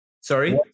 Sorry